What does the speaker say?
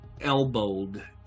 elbowed